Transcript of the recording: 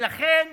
ולכן,